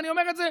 אני אומר את זה,